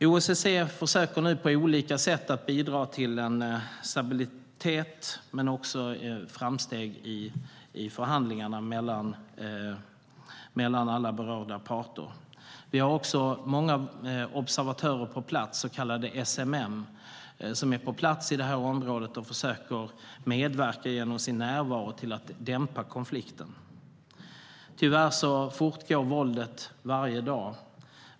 OSSE försöker nu på olika sätt bidra till stabilitet men också till framsteg i förhandlingarna mellan alla berörda parter. Vi har många observatörer inom det så kallade SMM på plats i det här området. De försöker genom sin närvaro medverka till att dämpa konflikten. Tyvärr fortgår våldet varje dag.